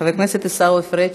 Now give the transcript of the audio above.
חבר הכנסת עיסווי פריג'